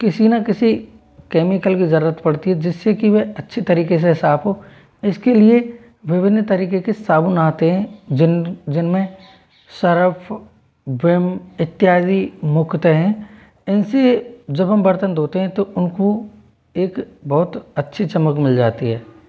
किसी ना किसी केमिकल की ज़रूरत पड़ती है जिससे की वे अच्छे तरीके से साफ़ हों इसके लिए विभिन्न तरीके के साबुन आते हैं जिन जिनमें सरफ विम इत्यादि मुख्यतः हैं इनसे जब हम बर्तन धोते हैं तो उनको एक बहुत अच्छी चमक मिल जाती है